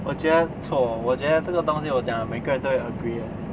我觉得错我觉得这个东西我讲的每个人都会 agree 的